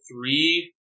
three